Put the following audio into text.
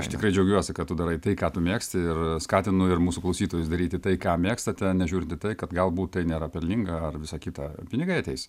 aš tikrai džiaugiuosi kad tu darai tai ką tu mėgsti ir skatinu ir mūsų klausytojus daryti tai ką mėgstate nežiūrint į tai kad galbūt tai nėra pelninga ar visa kita pinigai ateis